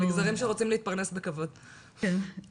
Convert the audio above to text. המגזרים שרוצים להתפרנס בכבוד למשל.